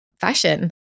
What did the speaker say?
fashion